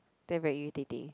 then very irritating